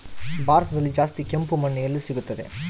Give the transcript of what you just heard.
ಭಾರತದಲ್ಲಿ ಜಾಸ್ತಿ ಕೆಂಪು ಮಣ್ಣು ಎಲ್ಲಿ ಸಿಗುತ್ತದೆ?